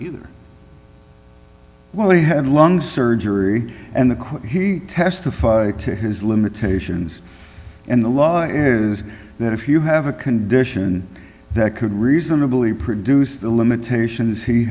either when they had lung surgery and the quote he testified to his limitations and the law is that if you have a condition that could reasonably produce the limitations he